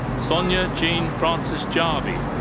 sonia jean frances jarvie.